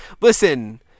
listen